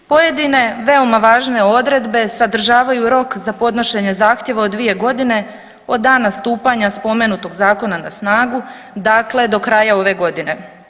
Pojedine veoma važne odredbe sadržavaju rok za podnošenje zahtjeva od 2.g. od dana stupanja spomenutog zakona na snagu, dakle do kraja ove godine.